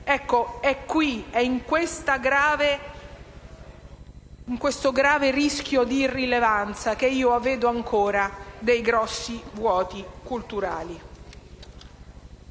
Ecco, è in questo grave rischio di irrilevanza che io vedo ancora grossi vuoti culturali.